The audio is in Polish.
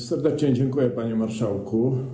Serdecznie dziękuję, panie marszałku.